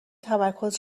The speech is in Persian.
تمرکز